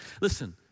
Listen